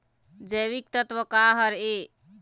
जैविकतत्व का हर ए?